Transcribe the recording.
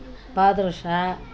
badusha